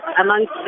amongst